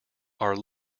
are